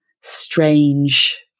strange